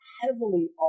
heavily